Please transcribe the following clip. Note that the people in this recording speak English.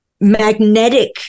magnetic